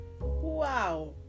Wow